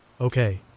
Okay